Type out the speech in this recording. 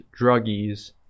druggies